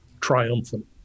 triumphant